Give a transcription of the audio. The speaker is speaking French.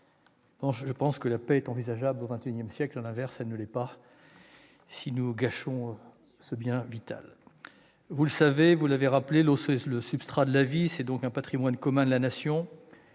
la partager, la paix est envisageable au XXIsiècle. À l'inverse, elle ne l'est pas si nous gâchons ce bien vital. Vous l'avez rappelé, l'eau est le substrat de la vie et un patrimoine commun de la Nation.